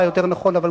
יותר נכון חובה,